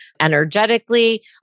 energetically